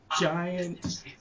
giant